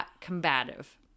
combative